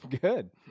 Good